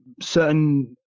certain –